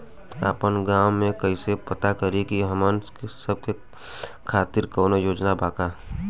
आपन गाँव म कइसे पता करि की हमन सब के खातिर कौनो योजना बा का?